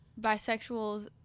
bisexuals